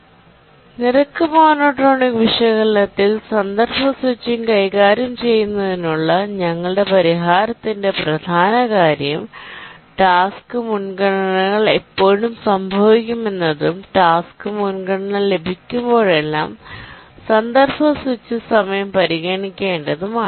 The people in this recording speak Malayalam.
റേറ്റ് മോണോടോണിക് വിശകലനത്തിൽ കോണ്ടെസ്റ് സ്വിച്ചിംഗ് കൈകാര്യം ചെയ്യുന്നതിനുള്ള ഞങ്ങളുടെ പരിഹാരത്തിന്റെ പ്രധാന കാര്യം ടാസ്ക് മുൻഗണനകൾ എപ്പോൾ സംഭവിക്കുമെന്നതും ടാസ്ക് മുൻഗണന ലഭിക്കുമ്പോഴെല്ലാം കോണ്ടെസ്റ് സ്വിച്ച് സമയം പരിഗണിക്കേണ്ടതുമാണ്